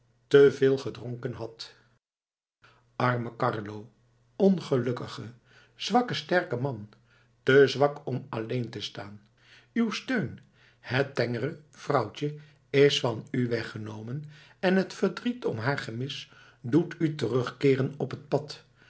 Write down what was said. veel gedronken had arme carlo ongelukkige zwakke sterke man te zwak om alleen te staan uw steun het tengere vrouwtje is van u weggenomen en t verdriet om haar gemis doet u terugkeeren op het pad